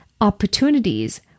opportunities